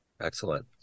Excellent